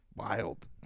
Wild